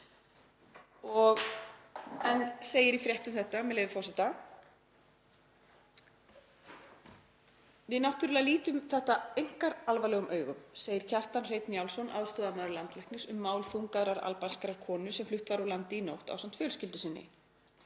enn segir í frétt um þetta, með leyfi forseta: „Við náttúrulega lítum þetta einkar alvarlegum augum,“ segir Kjartan Hreinn Njálsson aðstoðarmaður Landlæknis um mál þungaðrar albanskrar konu sem flutt var úr landi í nótt ásamt fjölskyldu sinni.